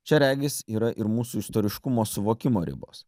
čia regis yra ir mūsų istoriškumo suvokimo ribos